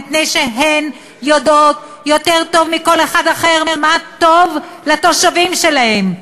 מפני שהן יודעות יותר טוב מכל אחד אחר מה טוב לתושבים שלהן,